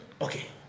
Okay